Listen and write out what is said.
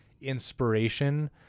inspiration